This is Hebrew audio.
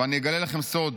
ואני אגלה לכם סוד: